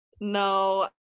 No